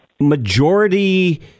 majority